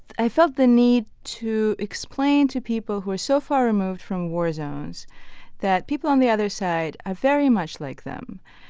i felt the need to explain to people who are so far removed from war zones that people on the other side are very much like them,